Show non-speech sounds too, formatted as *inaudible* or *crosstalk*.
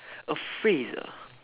*breath* a phrase ah